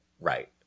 Right